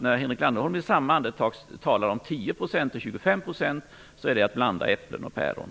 När Henrik Landerholm i samma andetag talar om 10 % och 25 % är det som att blanda äpplen och päron.